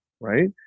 right